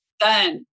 Done